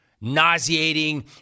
nauseating